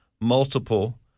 multiple